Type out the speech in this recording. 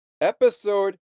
Episode